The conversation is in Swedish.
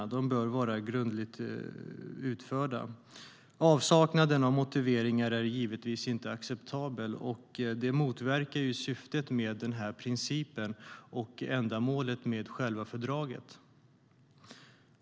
De bör vara grundligt utförda. Avsaknaden av motiveringar är givetvis inte acceptabel. Det motverkar syftet med principen och ändamålet med själva fördraget.